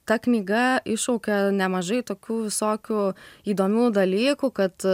ta knyga iššaukia nemažai tokių visokių įdomių dalykų kad